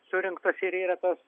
surinktas ir yra tas